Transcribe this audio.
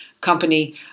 company